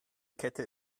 kette